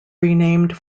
renamed